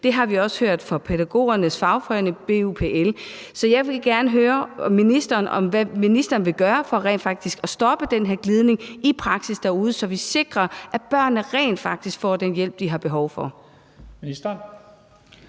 Det har vi også hørt fra pædagogernes fagforening, BUPL. Så jeg vil gerne høre ministeren om, hvad ministeren vil gøre i praksis for rent faktisk at stoppe den her glidning derude, så vi sikrer, at børnene rent faktisk får den hjælp, de har behov for.